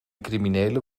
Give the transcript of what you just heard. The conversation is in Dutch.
criminelen